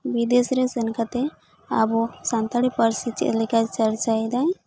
ᱵᱤᱫᱮᱥ ᱨᱮ ᱥᱮᱱ ᱠᱟᱛᱮ ᱟᱵᱩ ᱥᱟᱱᱛᱟᱲᱤ ᱯᱟᱹᱨᱥᱤ ᱪᱮᱫ ᱞᱮᱠᱟᱭ ᱪᱟᱨᱪᱟᱭᱮᱫᱟ